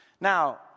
Now